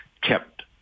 kept